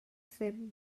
ddim